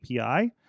API